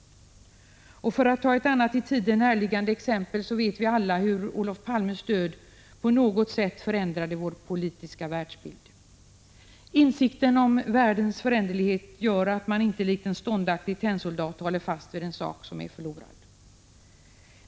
För att ta ett annat i tiden närliggande exempel vet vi alla hur Olof Palmes död på något sätt förändrade vår politiska världsbild. Insikten om världens föränderlighet gör att man inte likt en ståndaktig tennsoldat håller fast vid en sak som är förlorad.